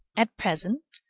at present,